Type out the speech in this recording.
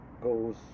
goes